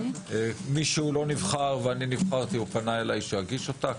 משלא נבחר ואני נבחרתי פנה אליי שאגיש אותה.